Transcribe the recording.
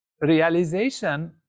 realization